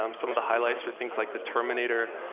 um some of the highlights were things like the terminator,